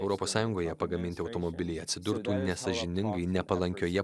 europos sąjungoje pagaminti automobiliai atsidurtų nesąžiningai nepalankioje